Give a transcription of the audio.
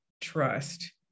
Trust